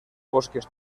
bosques